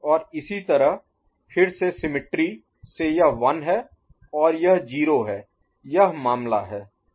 और इसी तरह फिर से सिमिट्री समरूपता से यह 1 है और यह 0 है यह मामला है